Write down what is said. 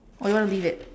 or you want to leave it